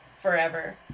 forever